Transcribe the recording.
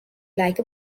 like